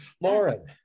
Lauren